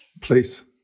Please